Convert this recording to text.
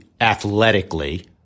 athletically